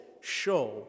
show